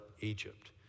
Egypt